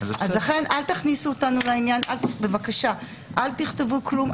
לכן בבקשה אל תכניסו אותנו לעניין ואל תכתבו כלום,